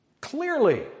Clearly